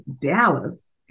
Dallas